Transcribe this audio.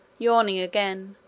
yawning again,